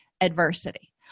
adversity